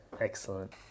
excellent